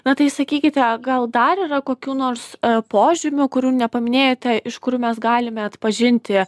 na tai sakykite gal dar yra kokių nors požymių kurių nepaminėjote iš kurių mes galime atpažinti